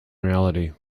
reality